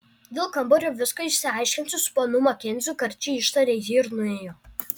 dėl kambario viską išsiaiškinsiu su ponu makenziu karčiai ištarė ji ir nuėjo